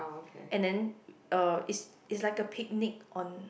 and then uh it's it's like a picnic on